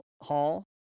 Hall